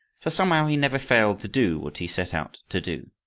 for, somehow, he never failed to do what he set out to do.